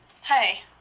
Hey